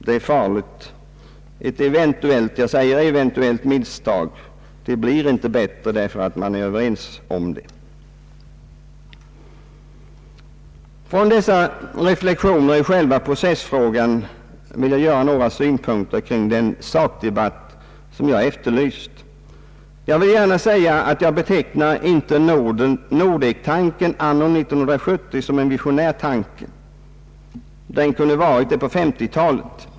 Det är farligt därför att ett eventuellt misstag inte blir bättre om man är överens därom. Från dessa reflexioner i själva procedurfrågan har jag några synpunkter kring den sakdebatt jag efterlyst. Jag vill gärna säga att jag betecknar inte Nordektanken anno 1970 som en visionär tanke. Den kunde varit det på 1950-talet.